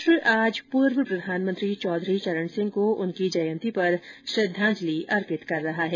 राष्ट्र आज पूर्व प्रधानमंत्री चौधरी चरण सिंह को उनकी जयंती पर श्रद्वांजलि अर्पित कर रहा है